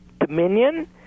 dominion